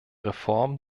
reform